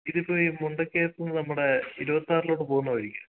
ഇതിപ്പോൾ ഈ മുണ്ടക്കയത്ത് നിന്ന് നമ്മുടെ ഇരുപത്താറിലോട്ട് പോകുന്ന വഴി